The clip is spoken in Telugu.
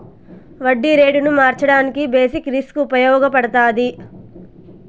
వడ్డీ రేటును మార్చడానికి బేసిక్ రిస్క్ ఉపయగపడతాది